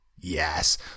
Yes